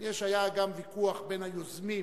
היה גם ויכוח בין היוזמים